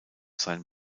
sein